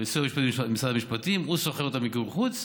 משרד המשפטים שוכר את מיקור החוץ,